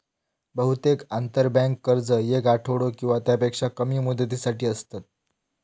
बहुतेक आंतरबँक कर्ज येक आठवडो किंवा त्यापेक्षा कमी मुदतीसाठी असतत